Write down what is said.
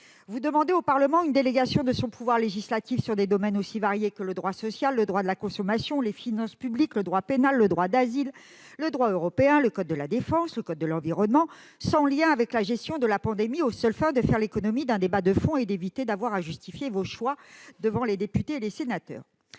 Vous demandez au Parlement une délégation de son pouvoir législatif dans des domaines aussi variés que le droit social, le droit de la consommation, les finances publiques, le droit pénal, le droit d'asile, le droit européen, le code de la défense, le code de l'environnement, sans lien avec la gestion de la pandémie, aux seules fins de faire l'économie d'un débat de fond et d'éviter d'avoir à justifier vos choix devant les députés et les sénateurs.